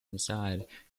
inside